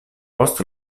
post